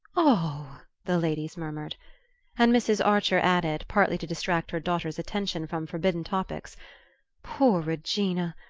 oh the ladies murmured and mrs. archer added, partly to distract her daughter's attention from forbidden topics poor regina!